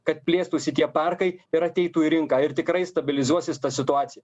kad plėstųsi tie parkai ir ateitų į rinką ir tikrai stabilizuosis situacija